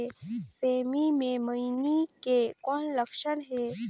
सेमी मे मईनी के कौन लक्षण हे?